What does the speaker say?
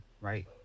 right